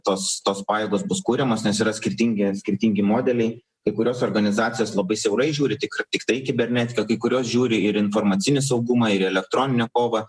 tos tos pajėgos bus kuriamos nes yra skirtingi skirtingi modeliai kai kurios organizacijos labai siaurai žiūri tik tiktai į kibernetiką kai kuriuos žiūri ir į informacinį saugumą ir į elektroninę kovą